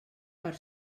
per